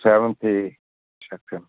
seventh a section